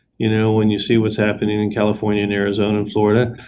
you know, when you see what's happening in california and arizona and florida,